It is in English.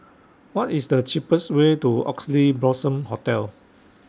What IS The cheapest Way to Oxley Blossom Hotel